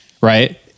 Right